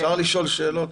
אפשר לשאול שאלות.